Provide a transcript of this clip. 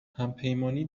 همپیمانی